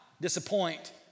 disappoint